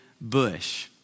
bush